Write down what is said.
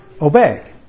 obey